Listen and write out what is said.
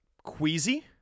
Queasy